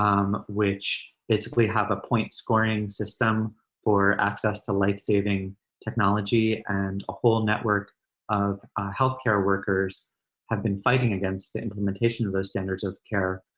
um which basically have a point scoring system for access to life saving technology and a whole network of health care workers have been fighting against the implementation of those standards of care,